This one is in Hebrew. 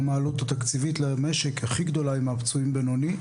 גם העלות התקציבית למשק הכי גדולה עם הפצועים בינוני,